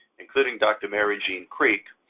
including dr. mary jeanne kreek,